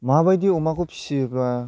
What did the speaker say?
माबायदि अमाखौ फियोबा